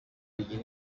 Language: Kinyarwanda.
bigira